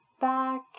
back